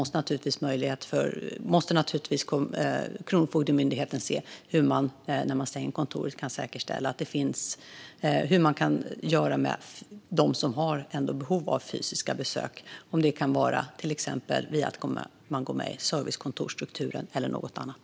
Sedan måste naturligtvis Kronofogden se hur man ska göra med dem som ändå har behov av fysiska besök - det kan till exempel vara genom servicekontorsstrukturen eller något annat.